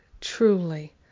truly